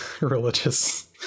religious